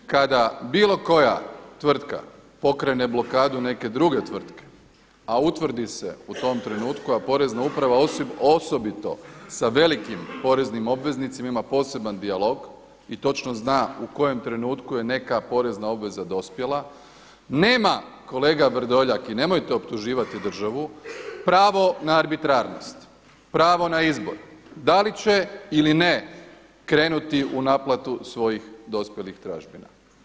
U trenutku kada bilo koja tvrtka pokrene blokadu neke druge tvrtke, a utvrdi se u tom trenutku, Porezna uprava osobito sa velikim poreznim obveznicima ima poseban dijalog i točno zna u kojem trenutku je neka porezna obvezna dospjela, nema kolega Vrdoljak i nemojte optuživati državu, pravo na arbitrarnost, pravo na izbor da li će ili ne krenuti u naplatu svojih dospjelih tražbina.